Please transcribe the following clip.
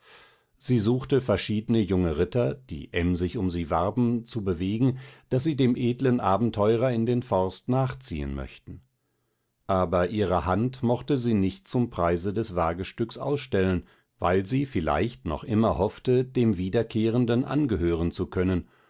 sie suchte verschiedne junge ritter die emsig um sie warben zu bewegen daß sie dem edlen abenteurer in den forst nachziehn möchten aber ihre hand mochte sie nicht zum preise des wagestücks ausstellen weil sie vielleicht noch immer hoffte dem wiederkehrenden angehören zu können